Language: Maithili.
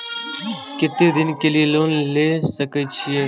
केते दिन के लिए लोन ले सके छिए?